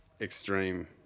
extreme